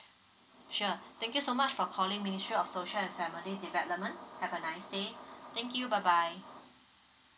sure thank you so much for calling ministry of social and family development have a nice day thank you bye bye